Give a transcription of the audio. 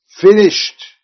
Finished